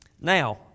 Now